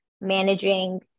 managing